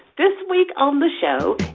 this week on the show,